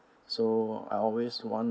so I always want